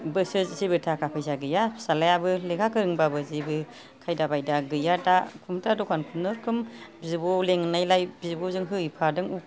बोसो जेबो थाखा फैसा गैया फिसालायाबो लेखा गोरोंबाबो जेबो खायदा बायदा गैया दा कम्पिउटार दखान खुनुरुखुम बिब' लिंनायलाय बिब'जों होहैफादों